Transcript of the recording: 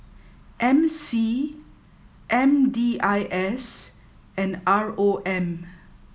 M C M D I S and R O M